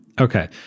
Okay